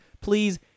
please